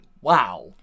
wow